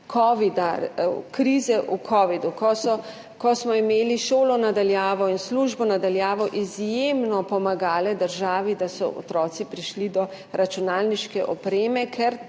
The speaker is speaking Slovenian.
krize kovida, ko smo imeli šolo na daljavo in službo na daljavo, izjemno pomagale državi, da so otroci prišli do računalniške opreme, ker